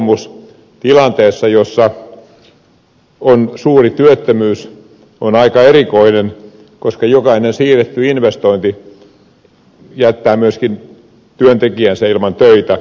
investointien siirtotoivomus tilanteessa jossa on suuri työttömyys on aika erikoinen koska jokainen siirretty investointi jättää myöskin työntekijänsä ilman töitä